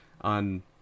on